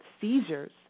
seizures